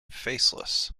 faceless